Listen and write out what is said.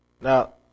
Now